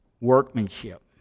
workmanship